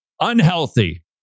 unhealthy